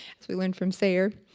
as we learned from sayer.